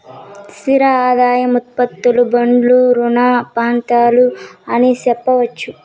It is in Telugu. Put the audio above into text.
స్థిర ఆదాయం ఉత్పత్తులు బాండ్లు రుణ పత్రాలు అని సెప్పొచ్చు